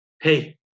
Hey